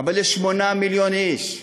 אבל יש 8 מיליון איש.